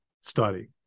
study